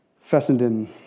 Fessenden